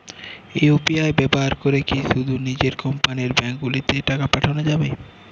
UPI ব্যবহার করে কি শুধু নিজের কোম্পানীর ব্যাংকগুলিতেই টাকা পাঠানো যাবে?